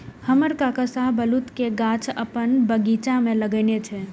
हमर काका शाहबलूत के गाछ अपन बगीचा मे लगेने छै